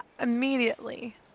immediately